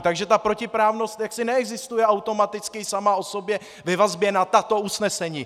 Takže ta protiprávnost jaksi neexistuje automaticky, sama o sobě ve vazbě na tato usnesení!